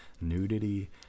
nudity